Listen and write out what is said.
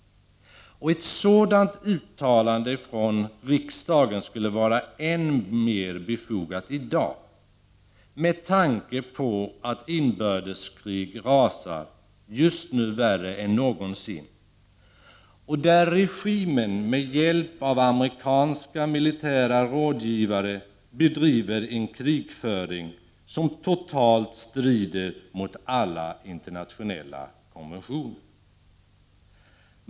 Ett sådant uttalande från riksdagen är än mer befogat i dag, med tanke på att inbördeskrig nu rasar värre än någonsin och att regimen med hjälp av amerikanska militära rådgivare bedriver en krigföring som totalt strider mot alla internationella konventioner.